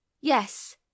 Yes